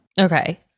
Okay